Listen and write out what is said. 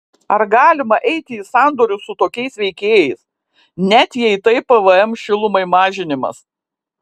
ar galima eiti į sandorius su tokiais veikėjais net jei tai pvm šilumai mažinimas